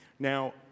Now